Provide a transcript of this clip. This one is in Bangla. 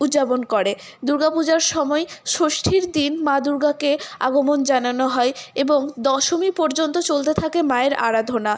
উদযাপন করে দুর্গা পূজার সময় ষষ্ঠীর দিন মা দুর্গাকে আগমন জানানো হয় এবং দশমী পর্যন্ত চলতে থাকে মায়ের আরাধনা